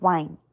Wine